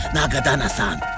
Nagadana-san